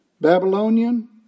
Babylonian